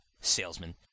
Salesman